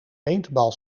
paintball